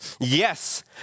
Yes